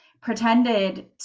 pretended